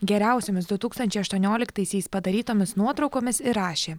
geriausiomis du tūkstančiai aštuonioliktaisiais padarytomis nuotraukomis ir rašė